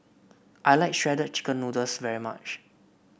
I like Shredded Chicken Noodles very much